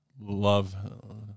love